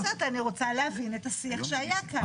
אני רוצה להבין את השיח שהיה כאן.